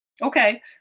Okay